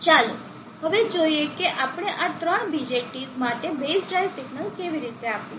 ચાલો હવે જોઈએ કે આપણે આ ત્રણ BJTs માટે બેઝ ડ્રાઇવ સિગ્નલ કેવી રીતે આપીશું